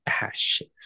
ashes